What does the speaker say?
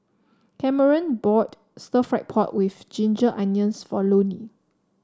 Cameron bought stir fry pork with Ginger Onions for Loni